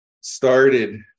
started